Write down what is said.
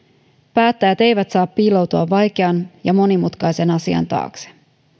päättäjät eivät saa piiloutua vaikean ja monimutkaisen asian taakse